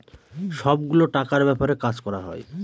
সব গুলো টাকার ব্যাপারে কাজ করা হয়